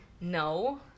No